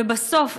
ובסוף,